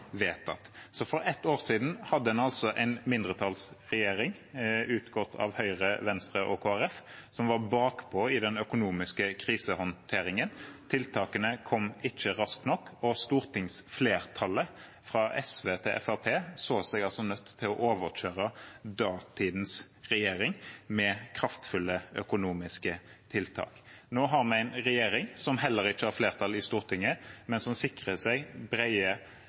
For et år siden hadde en altså en mindretallsregjering utgått av Høyre, Venstre og Kristelig Folkeparti som var bakpå i den økonomiske krisehåndteringen. Tiltakene kom ikke raskt nok, og stortingsflertallet, fra SV til Fremskrittspartiet, så seg altså nødt til å overkjøre datidens regjering med kraftfulle økonomiske tiltak. Nå har vi en regjering som heller ikke har flertall i Stortinget, men som sikrer seg